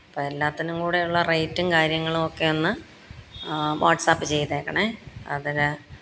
അപ്പം എല്ലാത്തിനും കൂടെയുള്ള റേയ്റ്റും കാര്യങ്ങളുമൊക്കെ ഒന്ന് വാട്ട്സാപ്പ് ചെയ്തേക്കണേ അതര